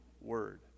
word